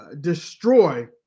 destroy